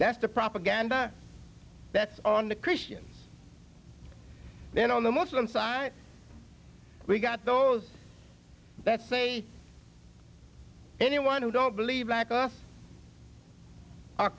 that's the propaganda that's on the christians then on the muslim side we got those that say anyone who don't believe like us are